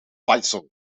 faisal